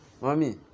mommy